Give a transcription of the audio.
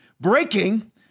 Breaking